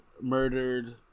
murdered